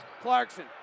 Clarkson